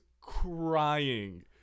crying